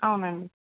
అవునండి